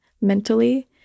mentally